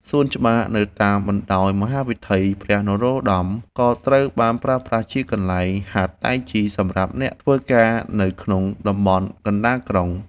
សួនច្បារនៅតាមបណ្ដោយមហាវិថីព្រះនរោត្ដម ក៏ត្រូវបានប្រើប្រាស់ជាកន្លែងហាត់តៃជីសម្រាប់អ្នកធ្វើការនៅក្នុងតំបន់កណ្ដាលក្រុង។